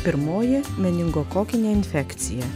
pirmoji meningokokinė infekcija